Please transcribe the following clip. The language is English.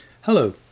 Hello